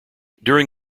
during